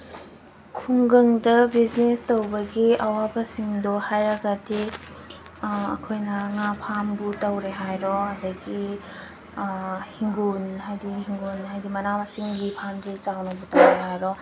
ꯈꯨꯡꯒꯪꯗ ꯕꯤꯖꯤꯅꯦꯁ ꯇꯧꯕꯒꯤ ꯑꯋꯥꯕꯁꯤꯡꯗꯣ ꯍꯥꯏꯔꯒꯗꯤ ꯑꯩꯈꯣꯏꯅ ꯉꯥ ꯐꯥꯔꯝꯕꯨ ꯇꯧꯔꯦ ꯍꯥꯏꯔꯣ ꯑꯗꯒꯤ ꯏꯪꯈꯣꯜ ꯍꯥꯏꯗꯤ ꯏꯪꯈꯣꯜ ꯍꯥꯏꯗꯤ ꯃꯅꯥ ꯃꯁꯤꯡꯒꯤ ꯐꯥꯔꯝꯁꯦ ꯆꯥꯎꯅꯕꯨ ꯇꯧꯔꯦ ꯍꯥꯏꯔꯣ